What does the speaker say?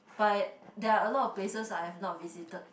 but there are a lot of places I have not visited